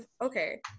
okay